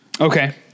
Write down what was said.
Okay